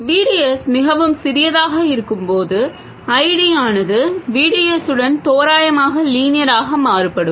V D S மிகவும் சிறியதாக இருக்கும் போது I D ஆனது V D S உடன் தோராயமாக லீனியராக மாறுபடும்